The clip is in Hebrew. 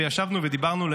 וישבנו ודיברנו לרגע,